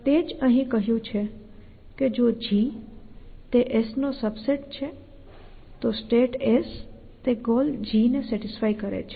તે જ અહીં કહ્યું છે કે જો g એ S નો સબસેટ છે તો સ્ટેટ S ગોલ g ને સેટિસફાઈ કરે છે